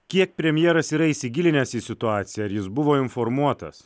kiek premjeras yra įsigilinęs į situaciją ar jis buvo informuotas